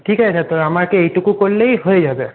ঠিক আছে আমাকে এইটুকু করলেই হয়ে যাবে